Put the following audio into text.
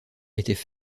étaient